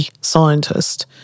scientist